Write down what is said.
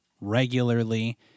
regularly